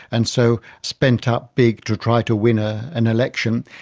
and so spent up big to try to win ah an election.